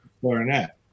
clarinet